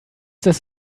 this